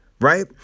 right